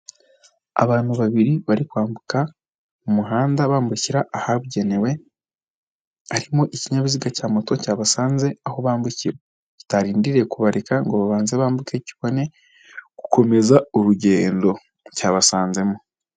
Abantu babiri bari kwambuka umuhanda, bamumbushyira ahagenewe, harimo ikinyabiziga cya moto cyabasanze aho bambuki. Kitarindiriye kubareka ngo babanze bambuke kibone gukomeza urugendo, cyabasanzemo.